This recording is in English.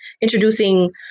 introducing